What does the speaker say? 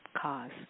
cause